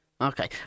Okay